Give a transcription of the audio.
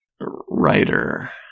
writer